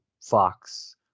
Fox